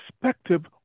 perspective